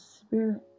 spirit